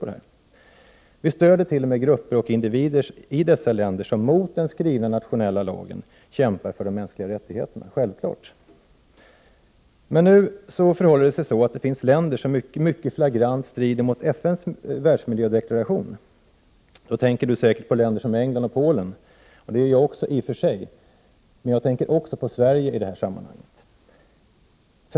Sverige stöder t.o.m. grupper och individer i dessa länder som mot den skrivna nationella lagen kämpar för de mänskliga rättigheterna — det är självklart. Nu förhåller det sig emellertid så att det finns länder som mycket flagrant bryter mot FN:s världsmiljödeklaration. Då tänker Birgitta Dahl säkert på länder som England och Polen. Det gör också jag i och för sig, men i det här sammanhanget tänker jag också på Sverige.